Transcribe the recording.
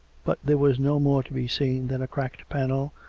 but there was no more to be seen than a cracked panel,